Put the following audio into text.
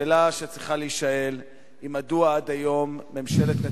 השאלה שצריכה להישאל היא מדוע עד היום ממשלת נתניהו,